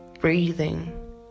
breathing